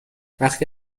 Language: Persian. وقتی